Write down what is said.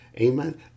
Amen